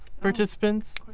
Participants